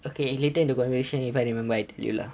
okay later into conversation if I remember I tell you lah